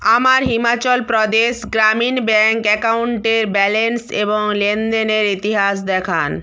আমার হিমাচল প্রদেশ গ্রামীণ ব্যাঙ্ক অ্যাকাউন্টের ব্যালেন্স এবং লেনদেনের ইতিহাস দেখান